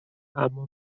اما